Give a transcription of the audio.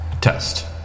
Test